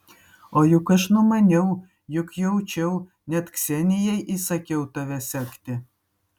o juk aš numaniau juk jaučiau net ksenijai įsakiau tave sekti